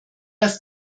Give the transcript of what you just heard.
das